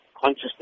consciousness